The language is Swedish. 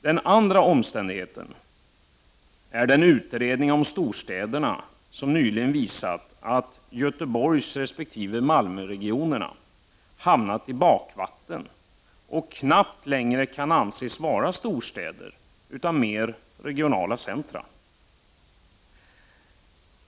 Den andra omständigheten är den utredning om storstäderna som nyligen visat att Göteborgsregionen resp. Malmöregionen hamnat i bakvatten och knappt längre kan anses vara storstäder, utan mer regionala centra.